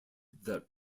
that